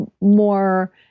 more